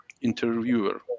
interviewer